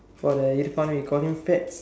for the Irfan we call him fats